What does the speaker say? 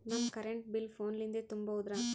ನಮ್ current bill ಫೋನ ಲಿಂದೇ ತುಂಬೌದ್ರಾ?